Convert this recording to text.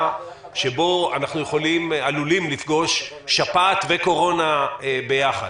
שבו אנחנו עלולים לפגוש שפעת וקורונה ביחד.